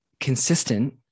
consistent